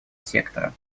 сектора